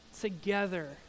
together